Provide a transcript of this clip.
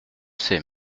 sais